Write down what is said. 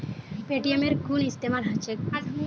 पेटीएमेर कुन इस्तमाल छेक